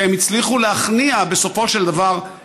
שהם הצליחו להכניע את הממשלה, בסופו של דבר.